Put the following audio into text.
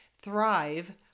Thrive